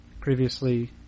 previously